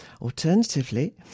Alternatively